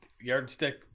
yardstick